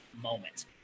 moment